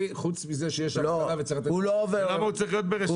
הוא לא עובר למכון התקנים.